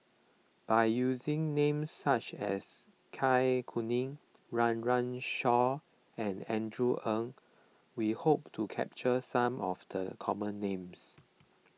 by using names such as Kai Kuning Run Run Shaw and Andrew Ang we hope to capture some of the common names